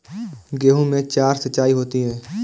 गेहूं में चार सिचाई होती हैं